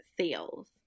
sales